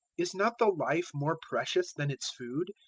is not the life more precious than its food,